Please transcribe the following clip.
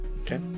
Okay